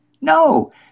No